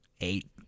eight